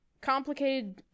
complicated